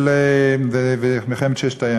כי ב-21:00